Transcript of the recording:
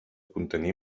contenir